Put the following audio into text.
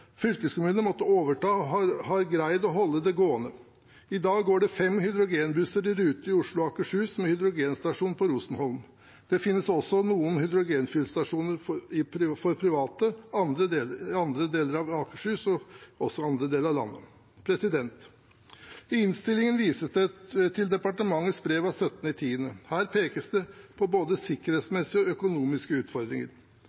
måtte overta og har greid å holde det gående. I dag går det fem hydrogenbusser i rute i Oslo og Akershus med hydrogenstasjon på Rosenholm. Det finnes også noen hydrogenfyllstasjoner for private i andre deler av Akershus og også i andre deler av landet. I innstillingen vises det til departementets brev av 17. oktober. Her pekes det på både